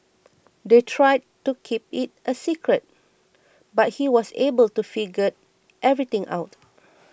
they tried to keep it a secret but he was able to figure everything out